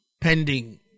pending